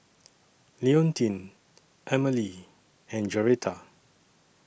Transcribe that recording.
Leontine Amalie and Joretta